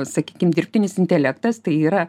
sakykim dirbtinis intelektas tai yra